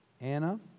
Anna